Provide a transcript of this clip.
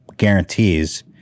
guarantees